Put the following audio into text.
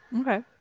Okay